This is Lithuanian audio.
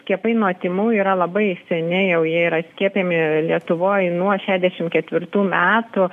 skiepai nuo tymų yra labai seniai jau yra skiepijami lietuvoj nuo šešiasdešim ketvirtų metų